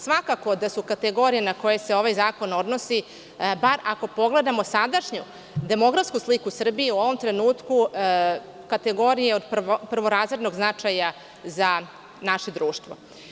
Svakako da su kategorije na koje se ovaj zakon odnosi, bar ako pogledamo sadašnju demografsku sliku Srbije u ovom trenutku, kategorije od prvorazrednog značaja za naše društvo.